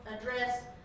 address